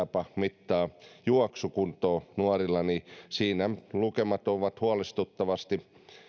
tapa mitata juoksukuntoa nuorilla siinä lukemat ovat huolestuttavasti